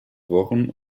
wochen